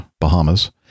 Bahamas